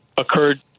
occurred